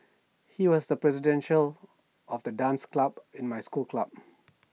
he was the president show of the dance club in my school club